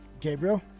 Gabriel